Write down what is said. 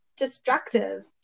destructive